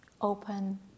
Open